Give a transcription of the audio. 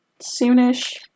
soonish